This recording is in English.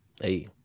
Hey